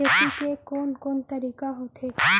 खेती के कोन कोन तरीका होथे?